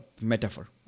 metaphor